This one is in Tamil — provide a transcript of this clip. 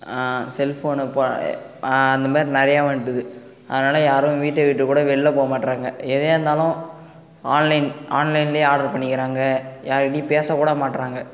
செல் ஃபோனப்போ அந்த மாதிரி நிறையா வந்துட்டுது அதனால் யாரும் வீட்டை விட்டு கூட வெளில போக மாட்டுறாங்க எதையாக இருந்தாலும் ஆன்லைன் ஆன்லைன்லேயே ஆர்டர் பண்ணிக்கிறாங்க யாருகிட்டேயும் பேசக்கூட மாட்டுறாங்க